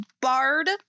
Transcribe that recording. bard